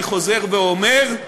אני חוזר ואומר,